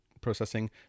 processing